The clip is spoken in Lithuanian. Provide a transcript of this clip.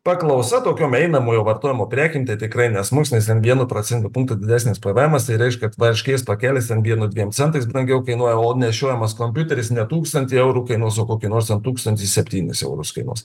paklausa tokiom einamojo vartojimo prekėm tai tikrai nesmuks nes ten vienu procentiniu punktu didesnis pvemas tai reiškia varškės pakelis ten vienu dviem centais brangiau kainuoja o nešiojamas kompiuteris ne tūkstantį eurų kainuos o kokie nors ten tūkstantis septynis eurus kainuos